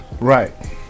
Right